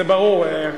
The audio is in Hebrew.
זה ברור.